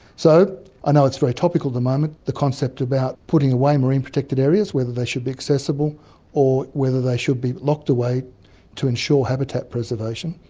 so i know it's very topical at the moment, the concept about putting away marine protected areas, whether they should be accessible or whether they should be locked away to ensure habitat preservation,